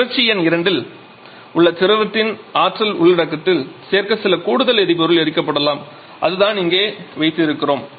சுழற்சி எண் 2 இல் உள்ள திரவத்தின் ஆற்றல் உள்ளடக்கத்தில் சேர்க்க சில கூடுதல் எரிபொருள் எரிக்கப்படலாம் அதுதான் இங்கே வைத்து இருக்கிறோம்